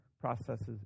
processes